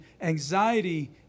anxiety